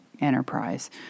enterprise